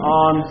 on